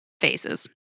faces